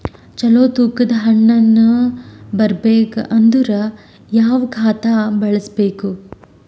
ಚಲೋ ತೂಕ ದ ಹಣ್ಣನ್ನು ಬರಬೇಕು ಅಂದರ ಯಾವ ಖಾತಾ ಬಳಸಬೇಕು?